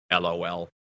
LOL